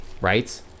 right